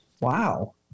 wow